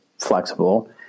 flexible